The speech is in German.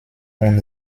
und